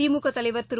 திமுகதலைவர் திரு